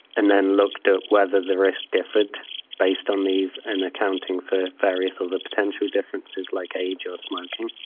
and then looked at whether the risk differed based on these and accounting for various other potential differences like age or smoking.